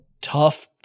tough